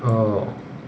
oh